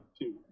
two